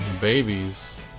Babies